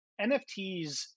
NFTs